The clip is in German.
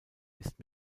ist